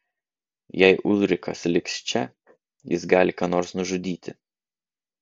jei ulrikas liks čia jis gali ką nors nužudyti